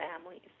families